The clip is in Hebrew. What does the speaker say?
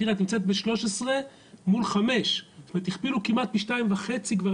תראי את נמצאת ב-13 מול 5. זאת אומרת,